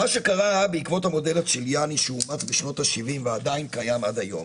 מה שקרה בעקבות המודל הצ'יליאני שאומץ בשנות ה-70 ועדיין קיים עד היום,